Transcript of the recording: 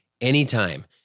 anytime